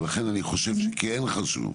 ולכן, אני חשוב שכן חשוב,